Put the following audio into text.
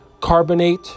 carbonate